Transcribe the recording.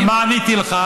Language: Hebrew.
אבל מה עניתי לך?